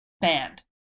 band